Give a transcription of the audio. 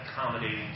accommodating